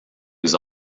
was